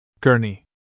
Gurney